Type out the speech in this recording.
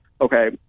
okay